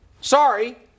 Sorry